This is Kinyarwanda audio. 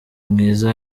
mwiza